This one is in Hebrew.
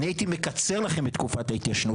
אני הייתי מקצר לכם את תקופת ההתיישנות.